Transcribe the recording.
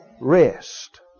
Rest